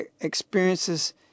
experiences